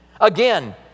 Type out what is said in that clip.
Again